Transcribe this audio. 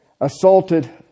assaulted